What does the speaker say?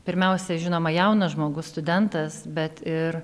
pirmiausia žinoma jaunas žmogus studentas bet ir